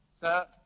Sir